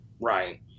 Right